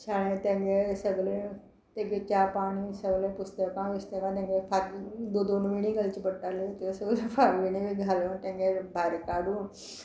शाळें तेंगे सगले तेगे च्या पाणी सगले पुस्तकां बिस्तकां तेंगे फा दो दो विणी घालचे पडटाले त्यो सगळे फार विणी बी घालून तेंगे भायर काडून